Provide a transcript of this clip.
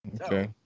Okay